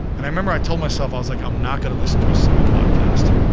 and i remember i told myself, i was like i'm not gonna listen to a single podcast.